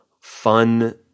fun